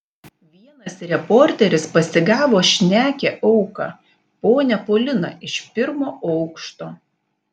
vienas reporteris pasigavo šnekią auką ponią poliną iš pirmo aukšto